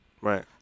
Right